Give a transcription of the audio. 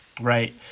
Right